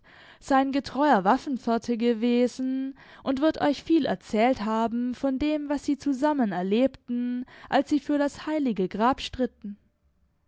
sein getreuer waffengefährte gewesen und wird euch viel erzählt haben von dem was sie zusammen erlebten als sie für das heilige grab stritten